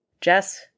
Jess